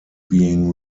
being